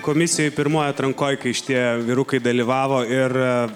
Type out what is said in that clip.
komisijoj pirmoj atrankoj kai šitie vyrukai dalyvavo ir